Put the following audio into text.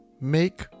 make